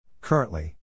Currently